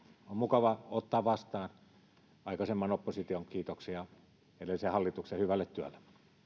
on mukava ottaa vastaan aikaisemman opposition kiitoksia edellisen hallituksen hyvälle työlle